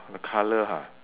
the colour ha